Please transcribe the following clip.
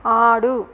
ఆడు